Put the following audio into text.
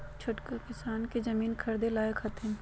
छोटका किसान का खेती ला जमीन ख़रीदे लायक हथीन?